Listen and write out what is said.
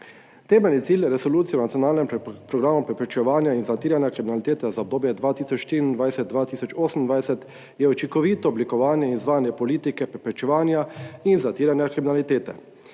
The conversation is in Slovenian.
Temeljni cilj Resolucije o nacionalnem programu preprečevanja in zatiranja kriminalitete za obdobje 2024–2028 je učinkovito oblikovanje in izvajanje politike preprečevanja in zatiranja kriminalitete.